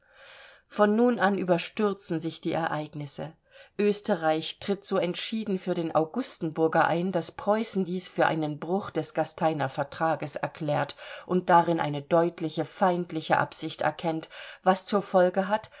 von nun an überstürzen sich die ereignisse osterreich tritt so entschieden für den augustenburger ein daß preußen dies für einen bruch des gasteiner vertrags erklärt und darin eine deutliche feindliche absicht erkennt was zur folge hat